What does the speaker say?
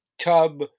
tub